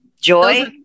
joy